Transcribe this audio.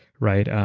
right?